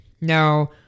Now